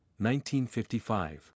1955